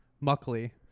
Muckley